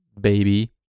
baby